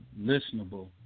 Listenable